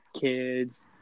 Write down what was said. kids